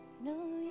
No